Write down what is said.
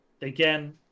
again